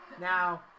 Now